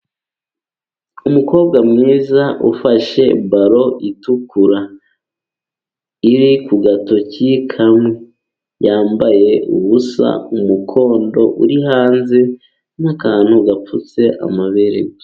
Umukobwa mwiza ufashe ballon itukura. Iri ku gatoki kamwe, yambaye ubusa umukondo uri hanze nakantu gapfutse amabere.